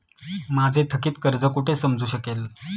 माझे थकीत कर्ज कुठे समजू शकेल?